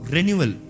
Renewal